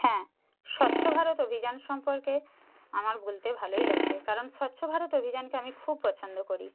হ্যাঁ স্বচ্ছ ভারত অভিযান সম্পর্কে আমার বলতে ভালোই লাগবে কারণ স্বচ্ছ ভারত অভিযানকে আমি খুব পছন্দ করি